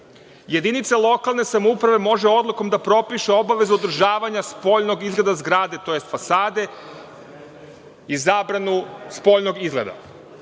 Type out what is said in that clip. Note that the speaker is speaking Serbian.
jedinica lokalne samouprave može odlukom da propiše obavezu održavanja spoljnog izgleda zgrade tj. fasade i zabranu spoljnog izgleda.